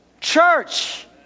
church